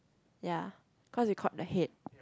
ya cause we caught the head